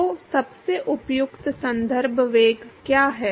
तो सबसे उपयुक्त संदर्भ वेग क्या है